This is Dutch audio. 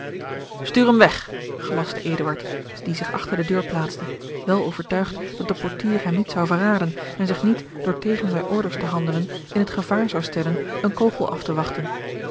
stuur hem weg gelastte eduard die zich achter de deur plaatste wel overtuigd dat de portier hem niet zou verraden en zich niet door tegen zijne orders te handelen in het gevaar zou stellen een kogel af te wachten